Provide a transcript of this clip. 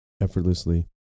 effortlessly